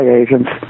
agents